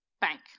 Bank